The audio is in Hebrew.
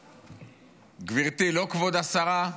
גברתי, לא כבוד השרה,